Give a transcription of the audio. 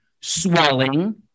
swelling